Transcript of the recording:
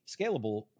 scalable